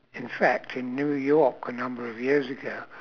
in fact in new york a number of years ago